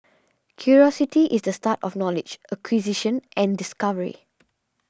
curiosity is the start of knowledge acquisition and discovery